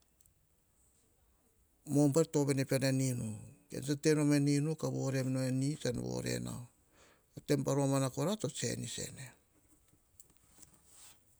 Mobile to ovene pean en inu, ean tsa tete nom en inu ka vore em nao, pa tsan vore nao. Taim pa romana kora to tsenis ene.